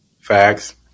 Facts